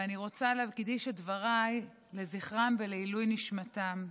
ואני רוצה להקדיש את דבריי לזכרם ולעילוי נשמתם.